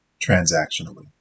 transactionally